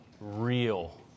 Real